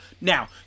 Now